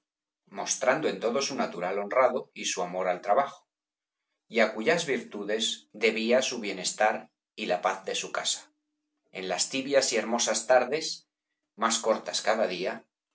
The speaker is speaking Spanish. mostrando en todo su natural honrado y su amor al trabajo á cuyas virtudes b pérez galdós debía su bienestar y la paz de su casa en las tibias y hermosas tardes más cortas cada día